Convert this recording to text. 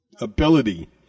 ability